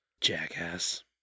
Jackass